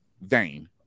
vein